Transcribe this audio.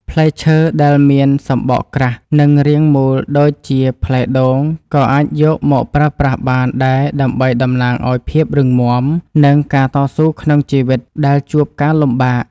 ផ្លែឈើដែលមានសម្បកក្រាស់និងរាងមូលដូចជាផ្លែដូងក៏អាចយកមកប្រើប្រាស់បានដែរដើម្បីតំណាងឱ្យភាពរឹងមាំ និង ការតស៊ូក្នុងជីវិតដែលជួបការលំបាក។